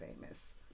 famous